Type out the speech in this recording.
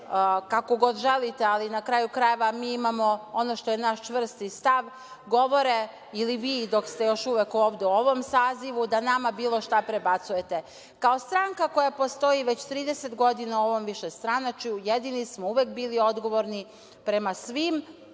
kako god želite, ali na kraju krajeva mi imamo ono što je naš čvrsti stav, govore ili vi dok ste još uvek ovde u ovom sazivu, da nama bilo šta prebacujete. Kao stranka koja postoji već 30 godina u ovom višestranačju, jedini smo uvek bili odgovorni prema svim